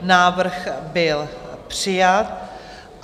Návrh byl přijat.